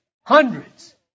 Hundreds